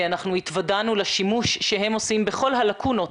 התוודענו לשימוש שהן עושות בכל הלקונות